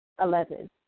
Eleven